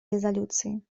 резолюции